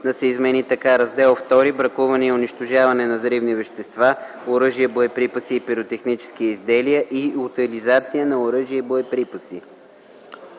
да се измени така: „Раздел II – Бракуване и унищожаване на взривни вещества, оръжия, боеприпаси и пиротехнически изделия и утилизация на оръжия и боеприпаси”.